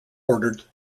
ordered